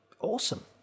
awesome